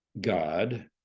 God